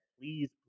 please